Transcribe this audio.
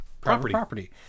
property